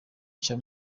cya